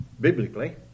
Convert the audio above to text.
biblically